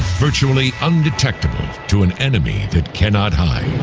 virtually undetectable to an enemy that cannot hide,